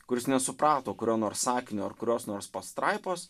kuris nesuprato kurio nors sakinio ar kurios nors pastraipos